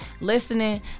listening